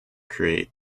create